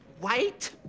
white